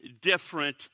different